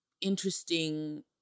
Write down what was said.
interesting